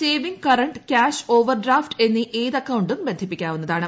saving current cash overdraft എന്നീ ഏത് അക്കൌണ്ടും ബന്ധിപ്പിക്കാവുന്നതാണ്